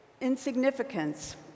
insignificance